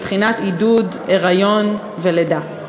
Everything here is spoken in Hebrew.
מבחינת עידוד היריון ולידה.